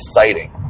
exciting